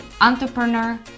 entrepreneur